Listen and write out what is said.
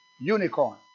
unicorn